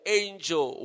angel